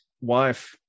wife